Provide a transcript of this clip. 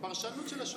זו פרשנות של השופט.